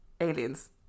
Aliens